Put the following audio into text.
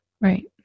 right